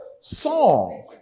song